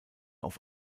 auf